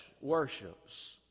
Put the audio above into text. worships